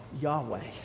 Yahweh